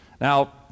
Now